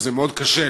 שזה מאוד קשה,